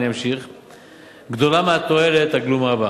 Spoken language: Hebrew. גדולה מהתועלת הגלומה בה.